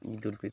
Idul Fitr